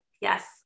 Yes